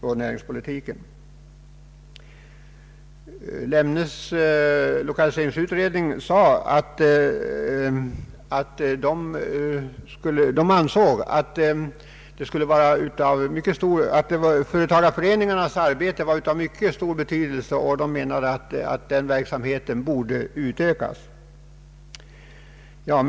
I landshövding Lemnes lokaliseringsutredning sägs att företagareföreningarnas arbete är av mycket stor betydelse och att den verksamheten bör utökas. Herr talman!